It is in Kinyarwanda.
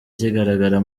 kigaragara